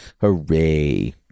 hooray